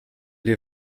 dir